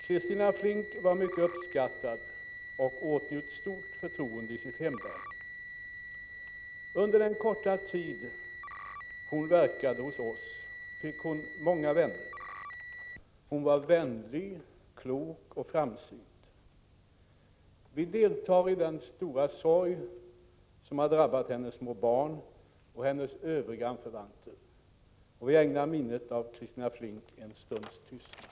Christina Flink var mycket uppskattad och åtnjöt stort förtroende i sitt hemlän. Under den korta tid hon verkade hos oss fick hon många vänner. Hon var vänlig, klok och framsynt. Vi deltar i den stora sorg som har drabbat hennes små barn och hennes övriga anförvanter. Vi ägnar minnet av Christina Flink en stunds tystnad.